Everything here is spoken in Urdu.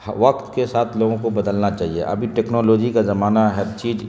وقت کے ساتھ لوگوں کو بدلنا چاہیے ابھی ٹیکنالوجی کا زمانہ ہے ہر چیز